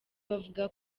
bavuga